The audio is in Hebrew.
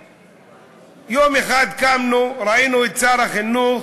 יום אחד קמנו וראינו את שר החינוך